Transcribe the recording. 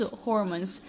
hormones，